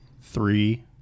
three